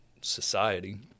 society